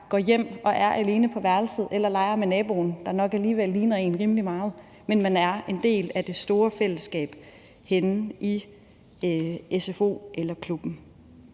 går hjem og er alene på værelset eller leger med naboen, der nok alligevel ligner en rimelig meget, men at man er en del af det store fællesskab henne i sfo'en eller klubben.